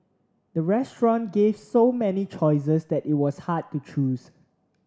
the restaurant gave so many choices that it was hard to choose